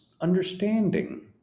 understanding